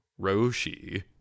Roshi